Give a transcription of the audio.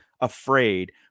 afraid